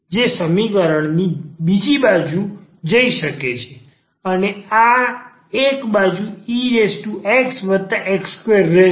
જે સમીકરણની બીજી બાજુ જઈ શકે છે અને આ એક બાજુ exx2 રહેશે